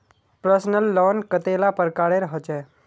Personal loan कतेला प्रकारेर होचे?